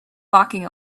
locking